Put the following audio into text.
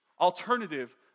alternative